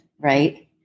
right